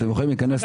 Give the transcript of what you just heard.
אתם יכולים להיכנס,